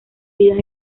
vidas